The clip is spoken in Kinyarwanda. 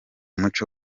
muco